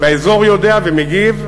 והאזור יודע ומגיב,